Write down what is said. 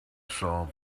solve